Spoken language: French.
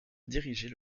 diriger